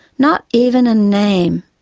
not even a name.